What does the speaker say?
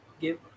give